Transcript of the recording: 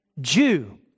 Jew